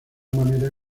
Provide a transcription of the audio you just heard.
manera